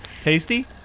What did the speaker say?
Tasty